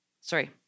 Sorry